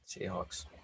Seahawks